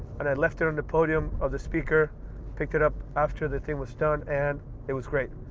and i left it on the podium of the speaker picked it up after the thing was done, and it was great.